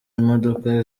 imodoka